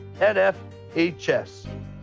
NFHS